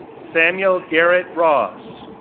samuel garrett ross,